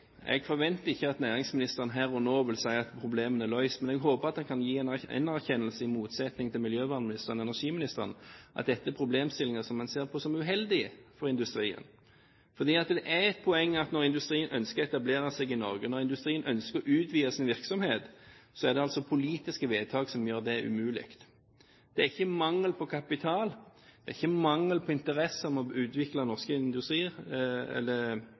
jeg håper næringsministeren vil gripe fatt i. Jeg forventer ikke at næringsministeren her og nå vil si at problemene er løst, men jeg håper at han kan erkjenne, i motsetning til miljøvernministeren og energiministeren, at dette er problemstillinger som man ser på som uheldige for industrien. For det er et poeng, når industrien ønsker å etablere seg i Norge, når industrien ønsker å utvide sin virksomhet, at det altså er politiske vedtak som gjør det umulig – det er ikke mangel på kapital, det er ikke mangel på interesse for å utvikle